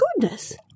Goodness